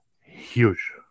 huge